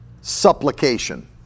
supplication